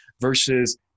versus